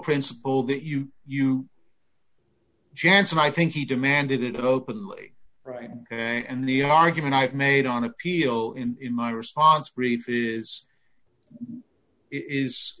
principle that you you janssen i think he demanded it openly right and the argument i've made on appeal in my response brief is i